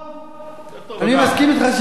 אני מסכים אתך שזה יותר טוב מכלום,